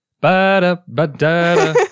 Ba-da-ba-da-da